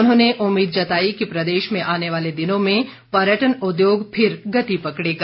उन्होंने उम्मीद जताई कि प्रदेश में आने वाले दिनों में पर्यटन उद्योग फिर गति पकड़ेगा